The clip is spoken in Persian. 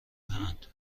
اند